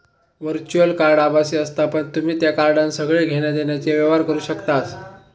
virtual card आभासी असता पण तुम्ही त्या कार्डान सगळे घेण्या देण्याचे व्यवहार करू शकतास